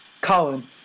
Colin